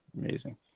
amazing